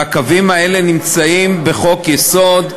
והקווים האלה נמצאים בחוק-יסוד: